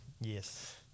Yes